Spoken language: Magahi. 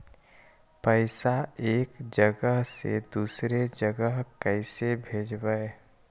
पैसा एक जगह से दुसरे जगह कैसे भेजवय?